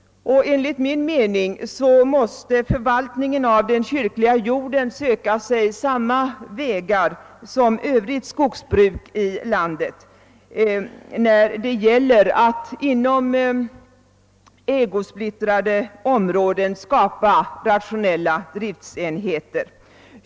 Enligt min mening måste förvaltningen av den kyrkliga jorden söka sig samma vägar som Övrigt skogsbruk i landet när det gäller att inom ägosplittrade områden skapa rationella driftsenheter.